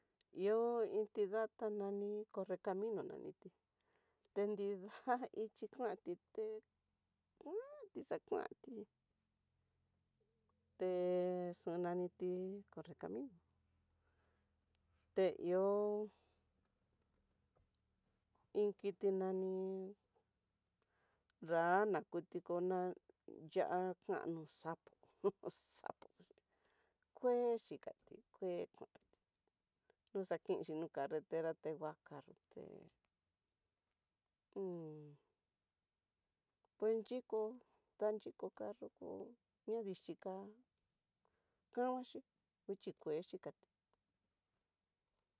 Ihó iin tidata nani corre camino naniti, te nrida ichí kuanti té kuanti xa kuanti, te xo naniti corre camino, te ihó iin kiti nani rana kutikoná ya'á kano sapo ho sapo kue xhikati kue kuanti noxhakinxhi no carretera, te ngua carro té pue xhikó, taxhinko carro kó ñadichi ká kamaxhi nguixhi ke xhikaxi.